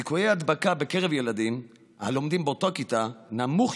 סיכויי ההדבקה בקרב ילדים הלומדים באותה כיתה נמוכים